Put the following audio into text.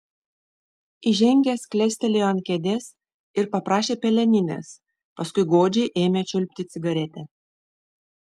įžengęs klestelėjo ant kėdės ir paprašė peleninės paskui godžiai ėmė čiulpti cigaretę